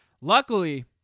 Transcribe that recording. Luckily